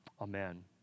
Amen